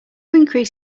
increase